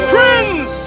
Friends